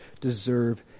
deserve